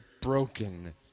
broken